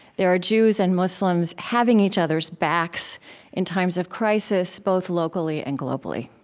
there are jews and muslims having each other's backs in times of crisis, both locally and globally.